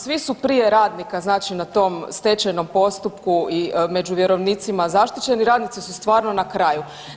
Svi su prije radnika znači na tom Stečajnom postupku i među vjerovnicima zaštićeni, radnici su stvarno na kraju.